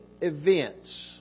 events